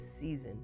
season